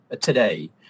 today